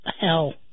hell